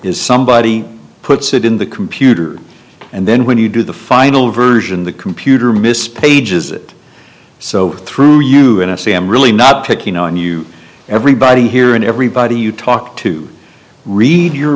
is somebody puts it in the computer and then when you do the final version the computer mis pages it so threw you in a c m really not picking on you everybody here and everybody you talk to read your